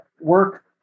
work